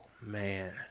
Man